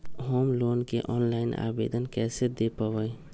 Home loan के online आवेदन कैसे दें पवई?